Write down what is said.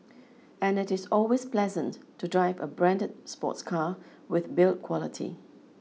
and it is always pleasant to drive a branded sports car with build quality